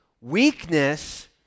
weakness